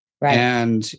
right